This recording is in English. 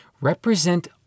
represent